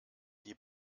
die